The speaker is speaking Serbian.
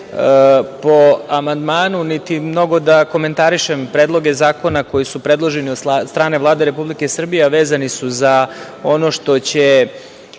po amandmanu, niti mnogo da komentarišem predloge zakona koji su predloženi od strane Vlade Republike Srbije, a vezani su za ono što će